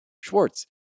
Schwartz